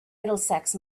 middlesex